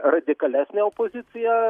radikalesnė opozicija